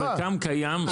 במרקם קיים?